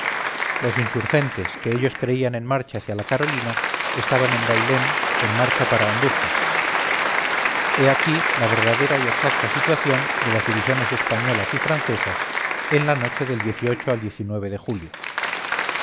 los insurgentes que ellos creían en marcha hacia la carolina estaban en bailén en marcha para andújar he aquí la verdadera y exacta situación de las divisiones españolas y francesas en la noche del al de julio